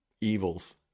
evils